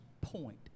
point